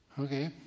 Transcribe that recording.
Okay